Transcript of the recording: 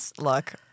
Look